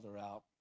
out